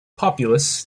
populous